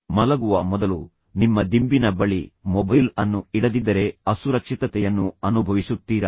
ಮಲಗುವ ಮೊದಲು ನಿಮ್ಮ ದಿಂಬಿನ ಬಳಿ ಮೊಬೈಲ್ ಅನ್ನು ಇಡದಿದ್ದರೆ ಅಸುರಕ್ಷಿತತೆಯನ್ನು ಅನುಭವಿಸುತ್ತೀರಾ